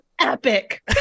epic